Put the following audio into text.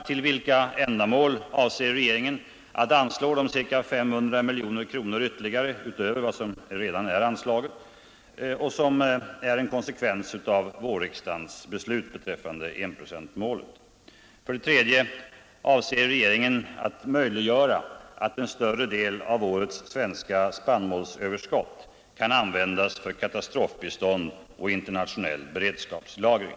Till vilka ändamål avser regeringen att anslå de ca 500 miljoner kronor ytterligare utöver redan anslagna medel som är en konsekvens av vårriksdagens beslut beträffande enprocentsmålet? 3. Avser regeringen att möjliggöra att en större del av årets svenska spannmålsöverskott kan användas för katastrofbistånd och internationell beredskapslagring?